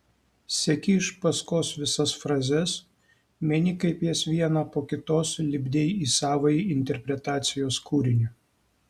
seki iš paskos visas frazes meni kaip jas vieną po kitos lipdei į savąjį interpretacijos kūrinį